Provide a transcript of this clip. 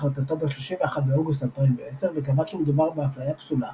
החלטתו ב-31 באוגוסט 2010 וקבע כי מדובר באפליה פסולה